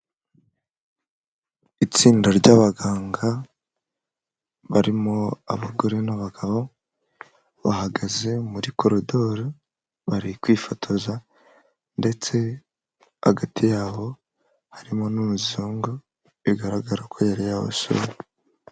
Itsinda ry'abaganga barimo abagore n'abagabo, bahagaze muri koridoro bari kwifotoza ndetse hagati yabo harimo n'umusoyonga bigaragara ko yari yabasuye.